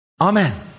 Amen